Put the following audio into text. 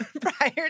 prior